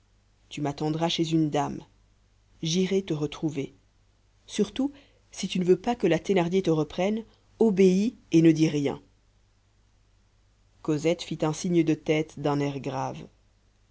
tu m'attendras chez une dame j'irai te retrouver surtout si tu ne veux pas que la thénardier te reprenne obéis et ne dis rien cosette fit un signe de tête d'un air grave